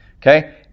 okay